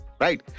right